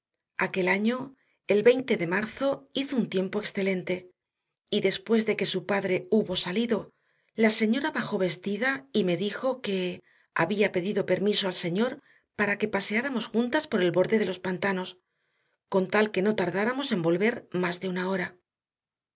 aquel año el veinte de marzo hizo un tiempo excelente y después de que su padre hubo salido la señora bajó vestida y me dijo que había pedido permiso al señor para que paseáramos juntas por el borde de los pantanos con tal que no tardáramos en volver más de una hora